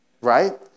right